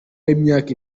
y’imyaka